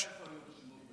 אתה יודע איפה היו רשימות,